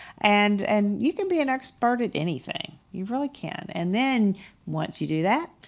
and and you can be an expert at anything. you really can. and then once you do that,